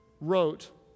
wrote